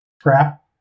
scrap